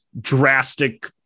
drastic